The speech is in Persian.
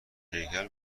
هیکل